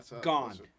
gone